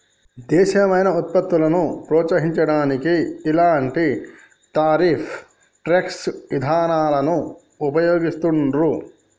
దేశీయమైన వుత్పత్తులను ప్రోత్సహించడానికి ఇలాంటి టారిఫ్ ట్యేక్స్ ఇదానాలను వుపయోగిత్తండ్రు